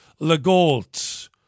Legault